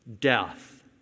death